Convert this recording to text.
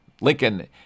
Lincoln